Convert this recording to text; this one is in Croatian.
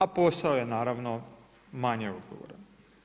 A posao je naravno manje odgovoran.